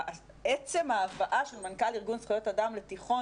עצם ההבאה של מנכ"ל ארגון זכויות אדם לתיכון,